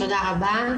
תודה רבה.